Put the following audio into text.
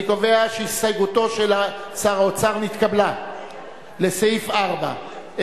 אני קובע שהסתייגותו של שר האוצר לסעיף 4 נתקבלה.